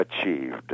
achieved